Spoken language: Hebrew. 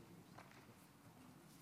ינון אזולאי (ש"ס):